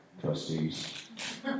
trustees